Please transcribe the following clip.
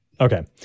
Okay